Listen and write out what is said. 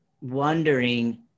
wondering